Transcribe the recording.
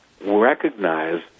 recognize